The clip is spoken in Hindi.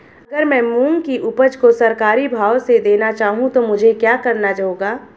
अगर मैं मूंग की उपज को सरकारी भाव से देना चाहूँ तो मुझे क्या करना होगा?